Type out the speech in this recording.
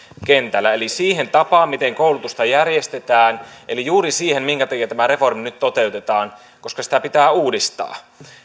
kentällä eli siihen tapaan miten koulutusta järjestetään eli juuri siihen minkä takia tämä reformi nyt toteutetaan koska sitä pitää uudistaa